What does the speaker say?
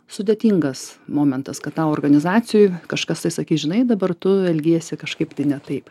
sudėtingas momentas kad tau organizacijoj kažkas tai sakys žinai dabar tu elgiesi kažkaip tai ne taip